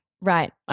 right